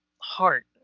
heart